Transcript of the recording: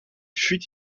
fuite